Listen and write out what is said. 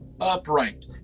upright